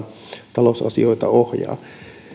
talousasioita ohjaa